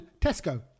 Tesco